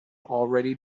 already